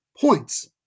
points